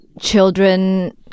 children